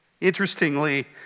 interestingly